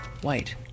White